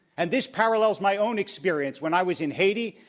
and this parallels my own experience when i was in haiti,